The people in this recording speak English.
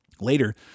later